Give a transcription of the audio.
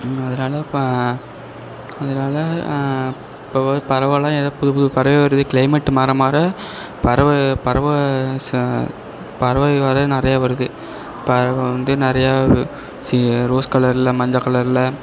அதனால இப்போ அதனால இப்போ கூட பறவைலாம் ஏதோ புது புது பறவை வருது கிளைமெட்டு மாற மாற பறவை பறவை ச பறவைகள் வேறு நிறையா வருது பறவை வந்து நிறையா ரோஸ் கலரில் மஞ்சள் கலரில்